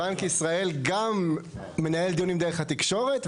בנק ישראל גם מנהל דיונים דרך התקשורת,